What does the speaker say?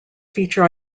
feature